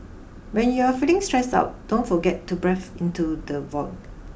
when you are feeling stressed out don't forget to breath into the void